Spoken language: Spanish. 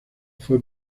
fue